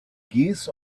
geese